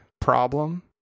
problem